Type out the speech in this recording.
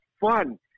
fun